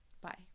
Bye